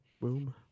Boom